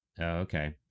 okay